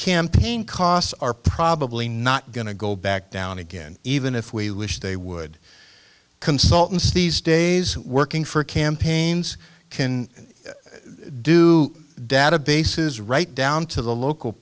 campaign costs are probably not going to go back down again even if we wish they would consultants these days working for campaigns can do databases right down to the local